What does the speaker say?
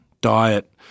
Diet